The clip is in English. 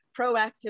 proactively